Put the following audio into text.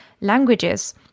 languages